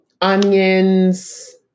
onions